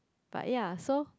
but ya so